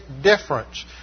difference